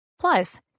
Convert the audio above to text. plus